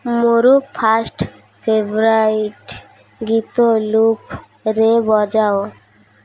ମୋର first favourite ଗୀତ ଲୁପରେ ବଜାଅ